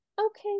okay